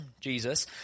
Jesus